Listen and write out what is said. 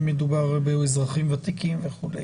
אם מדובר באזרחים ותיקים וכולי.